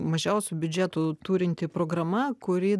mažiausių biudžetų turinti programa kuri